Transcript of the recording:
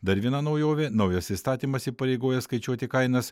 dar viena naujovė naujas įstatymas įpareigoja skaičiuoti kainas